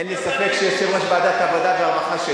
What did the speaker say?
אין לי ספק שיושב-ראש ועדת העבודה והרווחה,